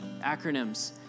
Acronyms